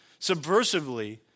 subversively